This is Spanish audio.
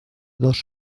dos